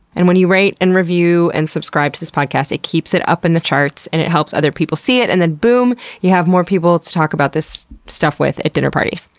and when you rate, and review, and subscribe to this podcast, it keeps it up in the charts and it helps other people see it and then boom! you have more people to talk about this stuff with at dinner parties.